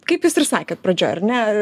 kaip jūs ir sakėt pradžioj ar ne